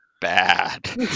bad